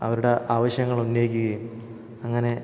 അവരുടെ ആവശ്യങ്ങൾ ഉന്നയിക്കുകയും അങ്ങനെ